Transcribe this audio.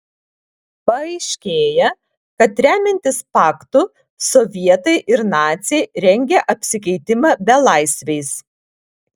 paaiškėja kad remiantis paktu sovietai ir naciai rengia apsikeitimą belaisviais